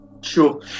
Sure